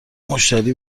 مشتری